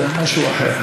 זה משהו אחר.